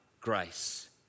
grace